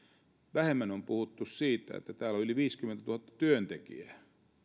vähemmän on puhuttu siitä että täällä on yli viisikymmentätuhatta työntekijää